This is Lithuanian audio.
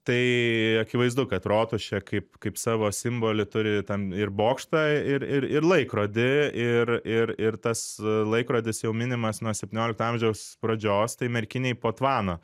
tai akivaizdu kad rotušė kaip kaip savo simbolį turi ten ir bokštą ir ir ir laikrodį ir ir ir tas laikrodis jau minimas nuo septyniolikto amžiaus pradžios tai merkinėj po tvano